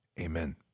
Amen